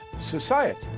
society